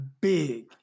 big